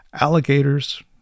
alligators